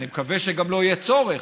ואני מקווה שגם לא יהיה צורך.